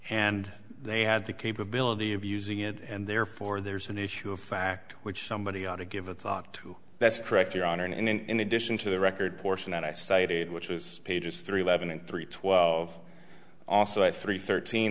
and they had the capability of using it and therefore there's an issue of fact which somebody ought to give a thought to that's correct your honor and then in addition to the record portion that i cited which was pages three eleven and three twelve also i three thirteen